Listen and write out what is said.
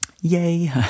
yay